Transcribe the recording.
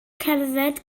cerdded